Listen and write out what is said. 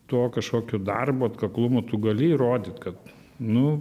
tuo kažkokiu darbu atkaklumu tu gali įrodyt kad nu